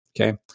Okay